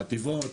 חטיבות,